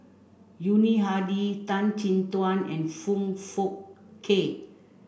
Yuni Hadi Tan Chin Tuan and Foong Fook Kay